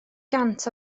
gant